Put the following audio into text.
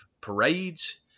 parades